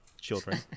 children